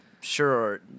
sure